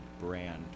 brand